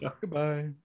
Goodbye